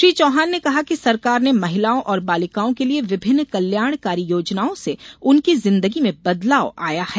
श्री चौहान ने कहा कि सरकार ने महिलाओं और बालिकाओं के लिए विभिन्न कल्याणकारी योजनाएं से उनकी जिदंगी में बदलाव आया है